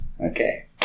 Okay